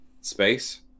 space